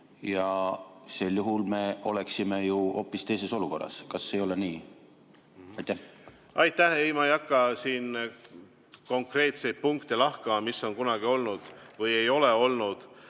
Sel juhul me oleksime ju hoopis teises olukorras. Kas ei ole nii? Aitäh! Ei, ma ei hakka siin konkreetseid punkte lahkama, mis on kunagi olnud või ei ole olnud.